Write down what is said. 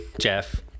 Jeff